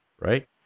right